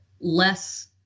less